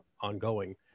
ongoing